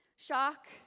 Shock